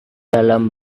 dalam